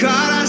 God